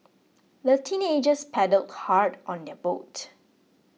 the teenagers paddled hard on their boat